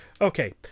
Okay